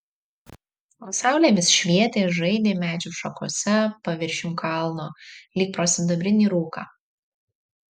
o saulė vis švietė žaidė medžių šakose paviršium kalno lyg pro sidabrinį rūką